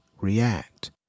react